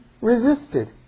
resisted